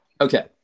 Okay